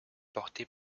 portée